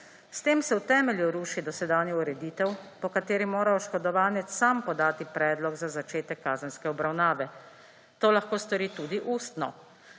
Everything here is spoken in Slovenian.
S tem se v temelju ruši dosedanjo ureditev, po kateri mora oškodovanec sam podati predlog za začetek kazenske obravnave. To lahko stori tudi ustno.